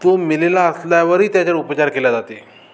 तो मेलेला असल्यावरही त्याच्यावर उपचार केला जाते